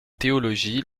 théologie